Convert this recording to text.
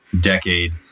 decade